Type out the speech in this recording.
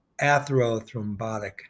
atherothrombotic